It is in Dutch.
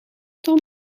tom